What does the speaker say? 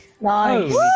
Nice